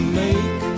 make